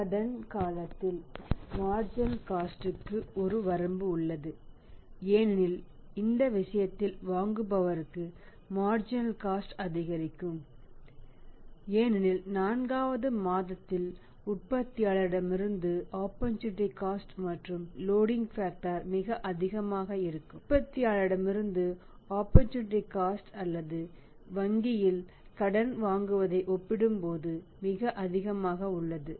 கடன் காலத்தில் marginal cost அல்லது வங்கியில் கடன் வாங்குவதை ஒப்பிடும்போது மிக அதிகமாக உள்ளது